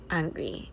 angry